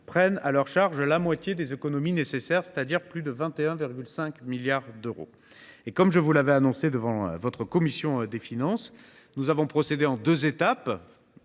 prennent à leur charge la moitié des économies nécessaires, soit plus de 21,5 milliards d’euros. Comme je l’avais annoncé devant votre commission des finances, nous avons, faute de temps,